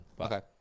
Okay